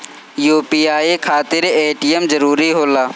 UPI खातिर ATM जरूरी होला?